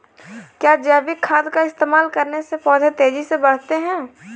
क्या जैविक खाद का इस्तेमाल करने से पौधे तेजी से बढ़ते हैं?